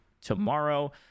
tomorrow